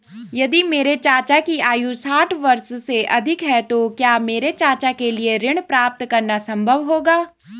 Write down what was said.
यदि मेरे चाचा की आयु साठ वर्ष से अधिक है तो क्या मेरे चाचा के लिए ऋण प्राप्त करना संभव होगा?